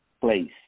place